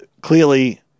clearly